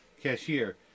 cashier